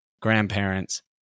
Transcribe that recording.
grandparents